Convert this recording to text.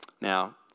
Now